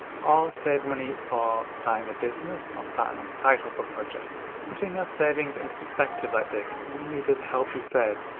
or save money for starting a business or starting a side hustle project. putting your savings into perspective like this, really does help you save.